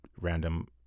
random